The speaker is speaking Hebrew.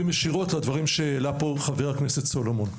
ישירות לדברים שאמר פה חבר הכנסות סלומון.